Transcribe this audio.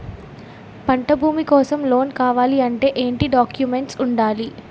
పంట భూమి కోసం లోన్ కావాలి అంటే ఏంటి డాక్యుమెంట్స్ ఉండాలి?